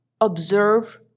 observe